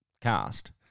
cast